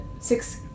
six